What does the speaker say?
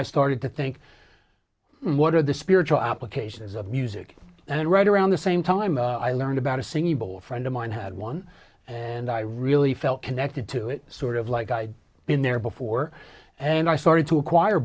i started to think what are the spiritual applications of music and then right around the same time i learned about a single friend of mine had one and i really felt connected to it sort of like i'd been there before and i started to acquire